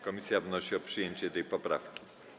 Komisja wnosi o przyjęcie tej poprawki.